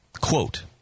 Quote